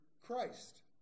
Christ